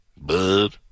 Bud